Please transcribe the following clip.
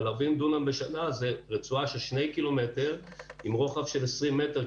אבל 40 דונם בשנה זו רצועה של 2 ק"מ עם רוחב של 20 מטרים,